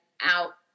out